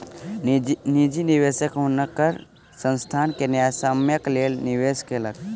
निजी निवेशक हुनकर संस्थान में न्यायसम्यक लेल निवेश केलक